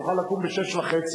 תוכל לקום ב-06:30,